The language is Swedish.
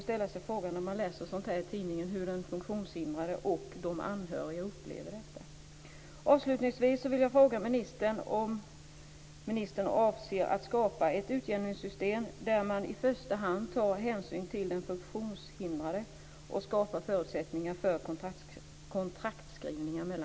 När man läser sådant här i tidningen kan man också ställa sig frågan hur de funktionshindrade och de anhöriga upplever detta.